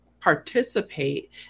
participate